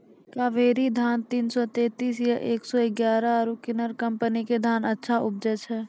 कावेरी धान तीन सौ तेंतीस या एक सौ एगारह आरु बिनर कम्पनी के धान अच्छा उपजै छै?